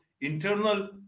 internal